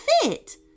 fit